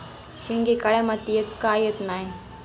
शेंगे काळ्या मातीयेत का येत नाय?